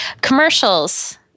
Commercials